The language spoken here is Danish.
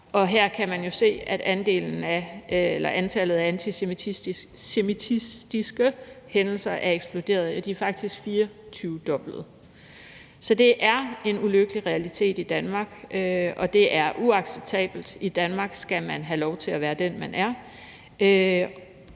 at her kan man jo se, at antallet af antisemitiske hændelser er eksploderet. Det er faktisk 24-doblet. Så det er en ulykkelig realitet i Danmark, og det er uacceptabelt. I Danmark skal man have lov til at være den, man er,